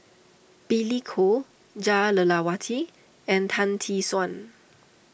Billy Koh Jah Lelawati and Tan Tee Suan